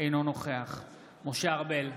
אינו נוכח משה ארבל,